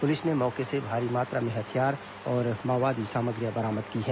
police ने मौके से भारी मात्रा में हथियार और माओवादी सामग्रियां बरामद की हैं